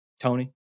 Tony